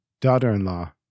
daughter-in-law